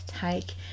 take